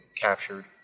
captured